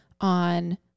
on